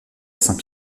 saint